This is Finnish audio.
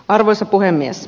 arvoisa puhemies